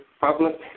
public